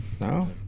no